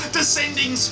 Descending